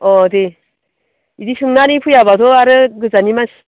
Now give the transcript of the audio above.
अ दे बिदि सोंनानै फैयाब्लाथ' आरो गोजाननि मानसि